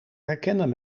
herkennen